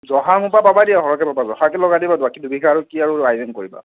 জহা মোৰ পৰা পাবা দিয়া সৰহকৈ পাবা জহাকে লগাই দিবা বাকী দুবিঘা কি আৰু আইজং কৰিবা